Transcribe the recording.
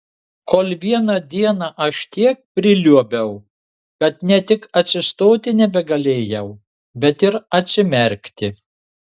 kol vieną dieną aš tiek priliuobiau kad ne tik atsistoti nebegalėjau bet ir atsimerkti